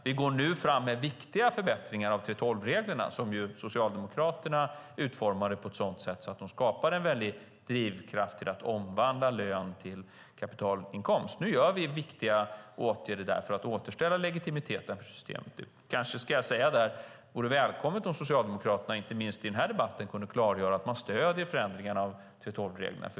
Vi går nu fram med viktiga förbättringar av 3:12-reglerna, som Socialdemokraterna utformade på ett sådant sätt att de skapade en väldig drivkraft till att omvandla lön till kapitalinkomst. Nu genomför vi viktiga åtgärder för att återställa legitimiteten för systemet. Kanske ska jag säga att det vore välkommet om Socialdemokraterna inte minst i den här debatten kunde klargöra att man stöder förändringarna av 3:12-reglerna.